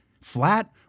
flat